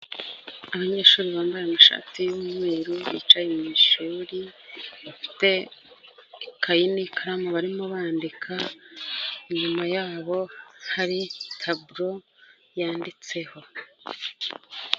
Abanyeshuri bambaye ishati y'umweru, bicaye mu ishuri, bafite ikayi n'ikaramu barimo bandika, inyuma yabo hari taburo yanditseho.